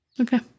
Okay